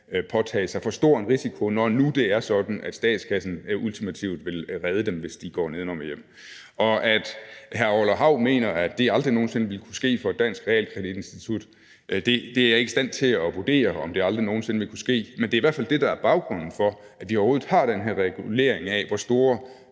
påtage sig for stor en risiko, når nu det er sådan, at statskassen ultimativt vil redde dem, hvis de går nedenom og hjem. Hr. Orla Hav mener, at det aldrig nogen sinde vil kunne ske for et dansk realkreditinstitut, og det er jeg ikke i stand til at vurdere om aldrig nogen sinde vil kunne ske, men det er i hvert fald det, der er baggrunden for, at vi overhovedet har den her regulering af, hvor store